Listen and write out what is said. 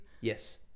Yes